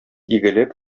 игелек